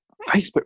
Facebook